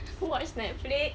who watch netflix